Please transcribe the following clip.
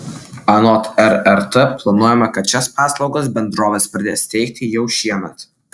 anot rrt planuojama kad šias paslaugas bendrovės pradės teikti jau šiemet